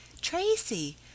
Tracy